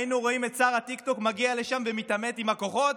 היינו רואים את שר הטיקטוק מגיע לשם ומתעמת עם הכוחות,